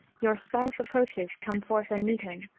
your spouse approaches come forth and meet him,